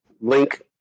link